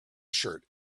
shirt